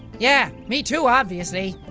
yeah me too obviously.